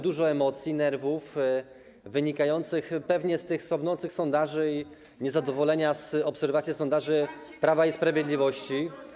Dużo emocji i nerwów wynikających pewnie z tych słabnących sondaży i niezadowolenia z obserwacji sondaży Prawa i Sprawiedliwości.